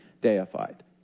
deified